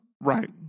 right